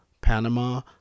Panama